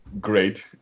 Great